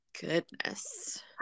goodness